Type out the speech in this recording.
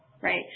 Right